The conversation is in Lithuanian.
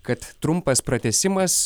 kad trumpas pratęsimas